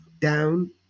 down